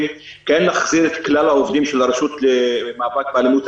כן להחזיר את כלל העובדים של הרשות למאבק באלימות,